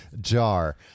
Jar